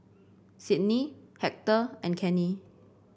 Sidney Hector and Kenny